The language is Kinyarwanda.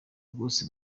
rwose